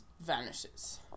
vanishes